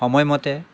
সময়মতে